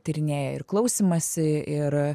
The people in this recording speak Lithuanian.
tyrinėję ir klausymąsi ir